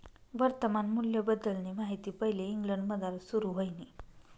वर्तमान मूल्यबद्दलनी माहिती पैले इंग्लंडमझार सुरू व्हयनी